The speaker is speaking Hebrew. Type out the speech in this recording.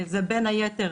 בין היתר,